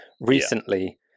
recently